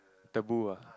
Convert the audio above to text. taboo ah